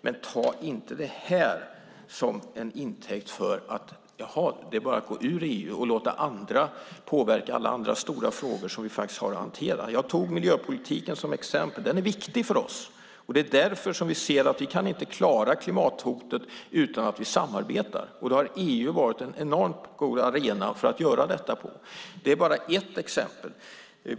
men ta inte den här frågan till intäkt för att tänka att jaha, det är bara att gå ur EU och låta andra påverka alla andra stora frågor som vi faktiskt har att hantera. Jag tog miljöpolitiken som exempel. Den är viktig för oss, och det är därför vi ser att vi inte kan klara klimathotet utan att samarbeta. EU har varit en enormt god arena att göra detta på. Det är bara ett exempel.